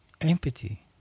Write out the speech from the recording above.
Empathy